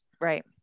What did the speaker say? Right